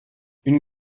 une